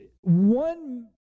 One